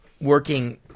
working